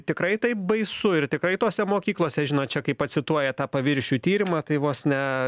tikrai taip baisu ir tikrai tose mokyklose žinot čia kai pacituoja tą paviršių tyrimą tai vos ne